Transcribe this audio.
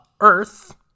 Earth